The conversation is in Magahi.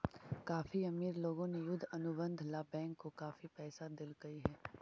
काफी अमीर लोगों ने युद्ध अनुबंध ला बैंक को काफी पैसा देलकइ हे